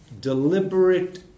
deliberate